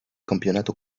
campionato